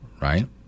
right